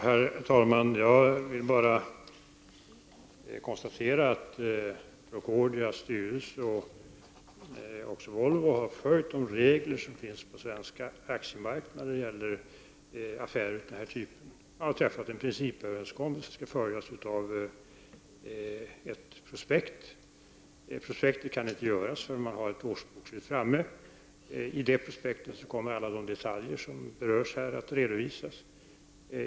Herr talman! Jag vill bara konstatera att Procordias styrelse och Volvo har följt de regler som finns på den svenska aktiemarknaden när det gäller affärer av denna typ. Man har träffat en principöverenskommelse som skall följas av ett prospekt. Ett prospekt kan inte göras förrän man har ett årsbokslut. I det prospektet kommer alla dedetaljer som berörs här att redovisas.